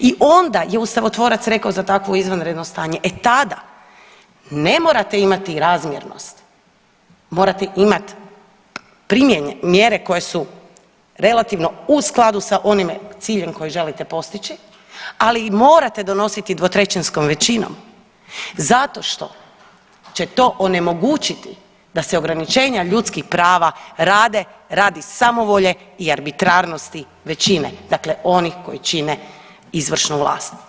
I onda je ustavotvorac rekao za takvo izvanredno stanje, e tada ne morate imati razmjernost morate imati mjere koje su relativno u skladu s onim ciljem koji želite postići ali ih morate donositi 2/3 većinom zato što će to onemogućiti da se ograničenja ljudskih prava rade radi samovolje i arbitrarnosti većine dakle onih koji čine izvršnu vlast.